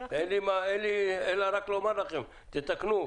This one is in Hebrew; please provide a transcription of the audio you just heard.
אין לי רק לומר לכם: תתקנו.